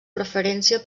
preferència